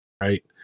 right